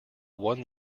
one